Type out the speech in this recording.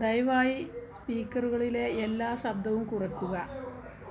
ദയവായി സ്പീക്കറുകളിലെ എല്ലാ ശബ്ദവും കുറയ്ക്കുക